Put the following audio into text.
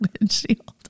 windshield